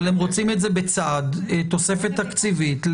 אבל הם רוצים את זה בצד תוספת תקציבית.